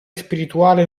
spirituale